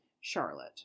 Charlotte